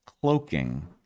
cloaking